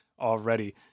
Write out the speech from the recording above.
already